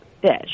fish